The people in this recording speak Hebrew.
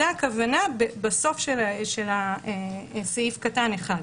זאת הכוונה בסוף של סעיף קטן (1),